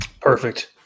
Perfect